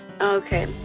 Okay